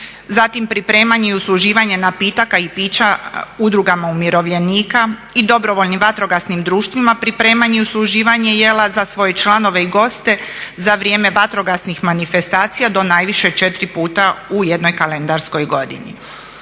zatim pripremanje i usluživanje napitaka i pića udrugama umirovljenika i dobrovoljnim vatrogasnim društvima, pripremanje i usluživanje jela za svoje članove i goste za vrijeme vatrogasnih manifestacija do najviše četiri puta u jednoj kalendarskoj godini.